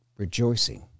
rejoicing